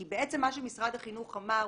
כי בעצם מה שמשרד החינוך אמר,